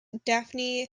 daphne